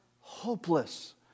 hopeless